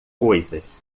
coisas